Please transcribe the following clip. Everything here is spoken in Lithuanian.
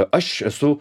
aš esu